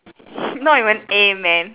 not even A man